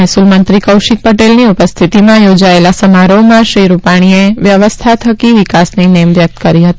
મહેસુલમંત્રી કૌશિક પટેલની ઉપસ્થિતિમાં યોજાયેલા સમારોહમાં શ્રી રૂપાણીએ વ્યવસ્થા થકી વિકાસની નેમ વ્યક્ત કરી હતી